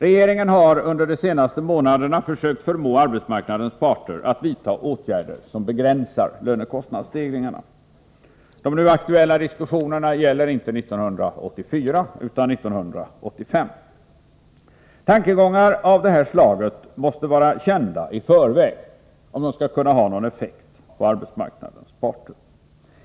Regeringen har under de senaste månaderna försökt förmå arbetsmarknadens parter att vidta åtgärder som begränsar lönekostnadsstegringarna. De nu aktuella diskussionerna gäller inte 1984 utan 1985. Tankegångar av det här slaget måste vara kända i förväg, om de skall kunna ha någon effekt på arbetsmarknadens parter.